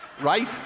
right